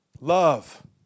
Love